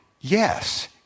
yes